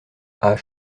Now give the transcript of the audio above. deux